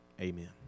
Amen